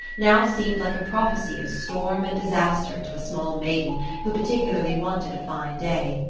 now seemed like a prophecy of storm and disaster to a small maiden who particularly wanted a fine day.